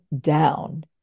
down